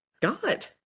God